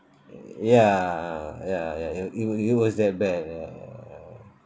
ya ya ya it it was that bad ya